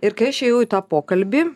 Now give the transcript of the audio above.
ir kai aš ėjau į tą pokalbį